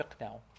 now